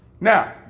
Now